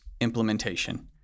implementation